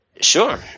Sure